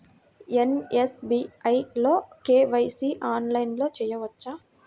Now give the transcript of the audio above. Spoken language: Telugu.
నేను ఎస్.బీ.ఐ లో కే.వై.సి ఆన్లైన్లో చేయవచ్చా?